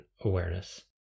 awareness